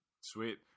Sweet